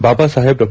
ಬಾಬಾ ಸಾಹೇಬ್ ಡಾ